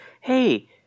hey